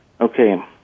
okay